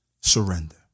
surrender